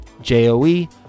J-O-E